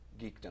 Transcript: Geekdom